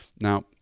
Now